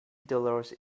dollars